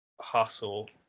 hustle